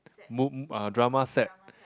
mo~ uh drama set